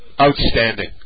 Outstanding